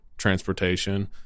transportation